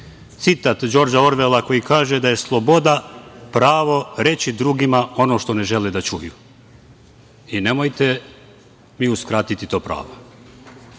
citat Džorđa Orvela koji kaže - Sloboda je pravo reći drugima ono što ne žele da čuju", i nemojte vi uskratiti to